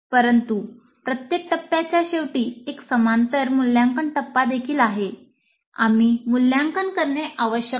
परंतु प्रत्येक टप्प्याच्या शेवटी एक समांतर मूल्यांकन टप्पा देखील आहे आम्ही मूल्यांकन करणे आवश्यक आहे